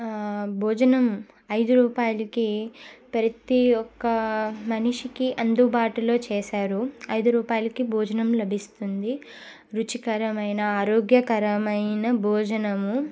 భోజనం ఐదు రూపాయలకి ప్రతీ ఒక్క మనిషికి అందుబాటులో చేసారు ఐదు రూపాయలకి భోజనం లభిస్తుంది రుచికరమైన ఆరోగ్యకరమైన భోజనము